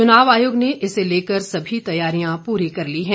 चुनाव आयोग ने इसे लेकर सभी तैयारियां पूरी कर ली हैं